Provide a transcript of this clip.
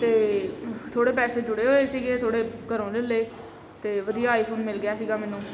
ਅਤੇ ਥੋੜ੍ਹੇ ਪੈਸੇ ਜੁੜੇ ਹੋਏ ਸੀਗੇ ਥੋੜ੍ਹੇ ਘਰੋਂ ਲੈ ਲਏ ਅਤੇ ਵਧੀਆ ਆਈਫੋਨ ਮਿਲ ਗਿਆ ਸੀਗਾ ਮੈਨੂੰ